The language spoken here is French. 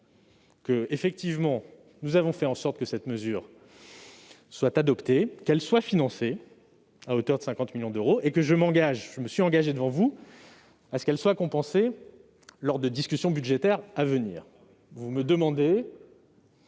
que le Gouvernement a fait en sorte que cette mesure soit adoptée et qu'elle soit financée à hauteur de 50 millions d'euros ! En outre, je me suis engagé devant vous à ce qu'elle soit compensée lors de discussions budgétaires à venir. Vous me demandez